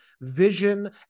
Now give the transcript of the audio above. vision